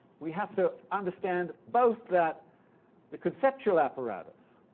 we have to understand both that the conceptual apparatus